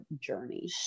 journey